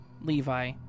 Levi